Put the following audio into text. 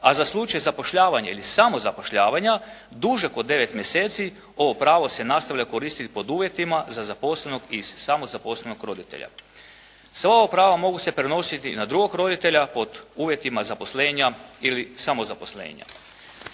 a za slučaj zapošljavanje ili samozapošljavanja dužeg od 9 mjeseci ovo pravo se nastavlja koristiti pod uvjetima za zaposlenog i samozaposlenog roditelja Sva ova prava mogu se prenositi i na drugog roditelja pod uvjetima zaposlenja ili samozaposlenja.